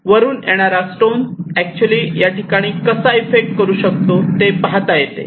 वरून येणारा stone actually या ठिकाणी कसा इफेक्ट करू शकतो ते पाहता येते